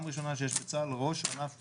פעם ראשונה שיש בצה"ל ראש ענף פצועים,